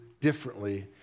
differently